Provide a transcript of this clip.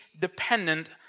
dependent